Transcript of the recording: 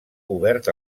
obert